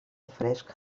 fresc